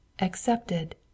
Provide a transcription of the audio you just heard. accepted